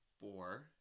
four